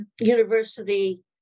university